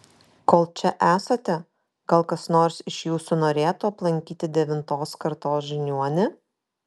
kol čia esate gal kas nors iš jūsų norėtų aplankyti devintos kartos žiniuonį